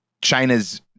China's